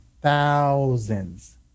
thousands